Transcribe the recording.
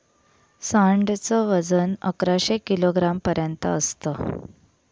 सांड च वजन अकराशे किलोग्राम पर्यंत असत